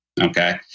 Okay